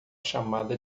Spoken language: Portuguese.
chamada